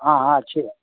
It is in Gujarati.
હા હા છે